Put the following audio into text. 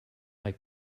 bei